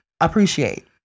appreciate